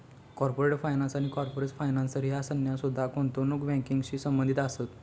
corporate finance आणि corporate financier ह्या संज्ञा सुद्धा गुंतवणूक बँकिंगशी संबंधित असत